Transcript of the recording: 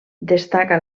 destaca